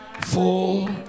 full